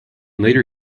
later